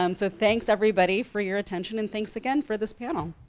um so thanks everybody for your attention and thanks again for this panel.